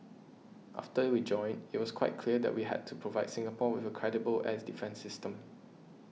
after we joined it was quite clear that we had to provide Singapore with a credible air defence system